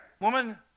woman